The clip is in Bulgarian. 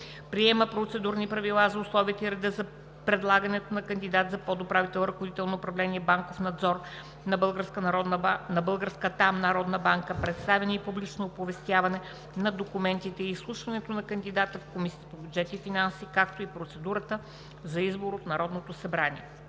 Приема процедурни правила за условията и реда за предлагането на кандидат за подуправител – ръководител на управление „Банков надзор“ на Българската народна банка, представяне и публично оповестяване на документите и изслушването на кандидата в Комисията по бюджет и финанси, както и процедурата за избор от Народното събрание.